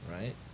Right